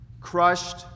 Crushed